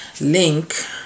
link